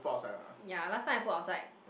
ya last time I put outside